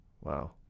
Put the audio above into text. wow